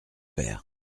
père